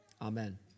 amen